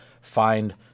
find